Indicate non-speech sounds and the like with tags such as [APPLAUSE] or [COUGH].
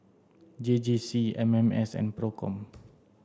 J J C M M S and PROCOM [NOISE]